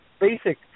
basic